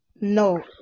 no